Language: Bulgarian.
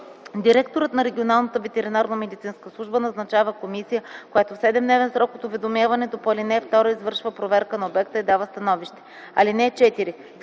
Директорът на Регионалната ветеринарномедицинска служба назначава комисия, която в 7-дневен срок от уведомяването по ал. 2 извършва проверка на обекта и дава становище.